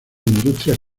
industrias